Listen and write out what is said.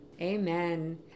Amen